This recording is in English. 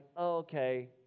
okay